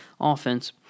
offense